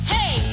Hey